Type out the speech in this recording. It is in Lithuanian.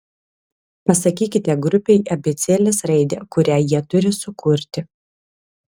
pasakykite grupei abėcėlės raidę kurią jie turi sukurti